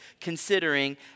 considering